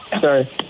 Sorry